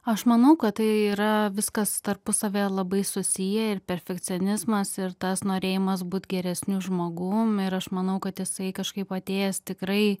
aš manau kad tai yra viskas tarpusavyje labai susiję ir perfekcionizmas ir tas norėjimas būt geresniu žmogum ir aš manau kad jisai kažkaip atėjęs tikrai